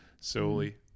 solely